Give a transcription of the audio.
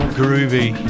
groovy